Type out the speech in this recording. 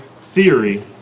theory